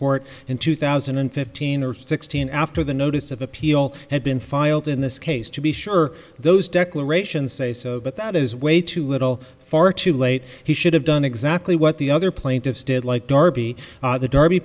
court in two thousand and fifteen or sixteen after the notice of appeal had been filed in this case to be sure those declarations say so but that is way too little far too late he should have done exactly what the other plaintiffs did like darby the darby